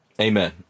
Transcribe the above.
Amen